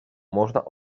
można